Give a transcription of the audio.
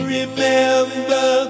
remember